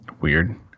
weird